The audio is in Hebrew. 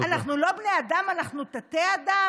אנחנו לא בני אדם, אנחנו תתי-אדם?